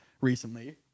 recently